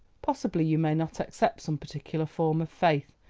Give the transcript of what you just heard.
possibly you may not accept some particular form of faith,